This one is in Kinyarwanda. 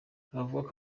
akavuga